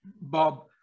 Bob